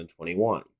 2021